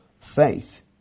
faith